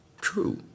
true